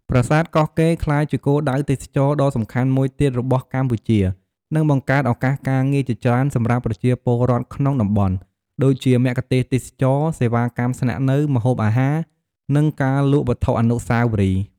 ប្រាសាទកោះកេរ្តិ៍ ក្លាយជាគោលដៅទេសចរណ៍ដ៏សំខាន់មួយទៀតរបស់កម្ពុជា និងបង្កើតឱកាសការងារជាច្រើនសម្រាប់ប្រជាពលរដ្ឋក្នុងតំបន់ ដូចជាមគ្គុទ្ទេសក៍ទេសចរណ៍ សេវាកម្មស្នាក់នៅ ម្ហូបអាហារ និងការលក់វត្ថុអនុស្សាវរីយ៍។